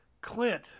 Clint